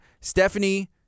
Stephanie